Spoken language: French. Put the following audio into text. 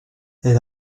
elles